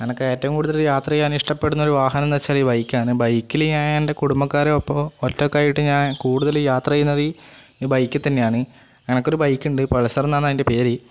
എനിക്ക് ഏറ്റവും കൂടുതൽ യാത്ര ചെയ്യാൻ ഇഷ്ടപ്പെടുന്ന ഒരു വാഹനം എന്ന് വച്ചാൽ ബൈക്കാണ് ബൈക്കിൽ ഞാൻ എൻ്റെ കുടുംബക്കാരൊപ്പമോ ഒറ്റയ്ക്കായിട്ടോ കൂടുതൽ യാത്ര ചെയ്യുന്നത് ഈ ബൈക്കിൽ തന്നെയാണ് എനിക്ക് ഒരു ബൈക്ക് ഉണ്ട് പൾസർ എന്നാണ് അതിൻ്റെ അതിൻ്റെ പേര്